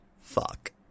fuck